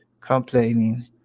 complaining